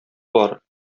бар